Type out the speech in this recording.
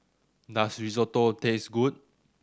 does Risotto taste good